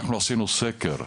אנחנו עשינו סקר,